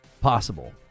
possible